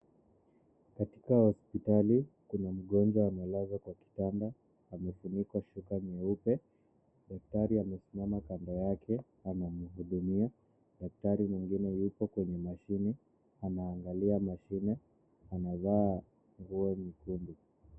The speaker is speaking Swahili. Katika hosiptali, kuna mgonjwa amelazwa kwa kitanda, amefunikwa shuka nyeupe. Daktari amesimama kando yake anamhudumia, daktari mwingine yupo kwenye mashine anaangalia mashine, amevaa nguo nyekundu.